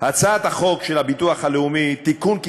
הצעת חוק הביטוח הלאומי (תיקון,